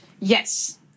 Yes